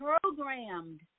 programmed